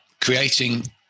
creating